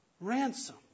ransom